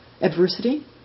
Adversity